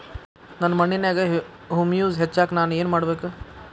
ನನ್ನ ಮಣ್ಣಿನ್ಯಾಗ್ ಹುಮ್ಯೂಸ್ ಹೆಚ್ಚಾಕ್ ನಾನ್ ಏನು ಮಾಡ್ಬೇಕ್?